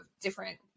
different